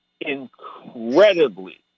incredibly